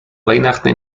weihnachten